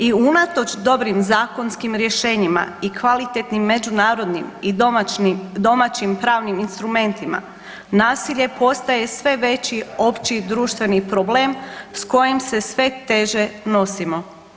I unatoč dobrim zakonskim rješenjima i kvalitetnim međunarodnim i domaćim pravnim instrumentima nasilje postaje sve veći opći društveni problem s kojim se sve teže nosimo.